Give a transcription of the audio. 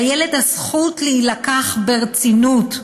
לילד הזכות להילקח ברצינות,